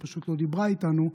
היא פשוט לא דיברה איתנו,